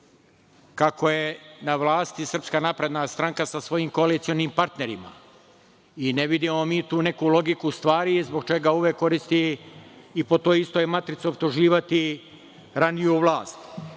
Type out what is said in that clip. kako je na vlasti SNS sa svojim koalicionim partnerima i ne vidimo mi tu neku logiku stvari zbog čega uvek koristi i po toj istoj matrici optuživati raniju vlast. Ono